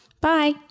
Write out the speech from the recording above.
Bye